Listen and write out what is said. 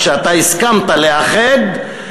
כשאתה הסכמת לאחד,